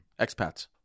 Expats